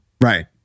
Right